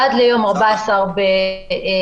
עד ליום 14 באוקטובר,